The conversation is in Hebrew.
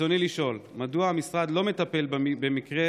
ברצוני לשאול: מדוע המשרד לא מטפל במקרה